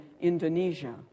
Indonesia